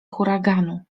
huraganu